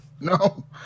No